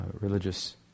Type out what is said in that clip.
religious